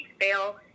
fail